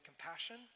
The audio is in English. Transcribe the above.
compassion